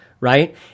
right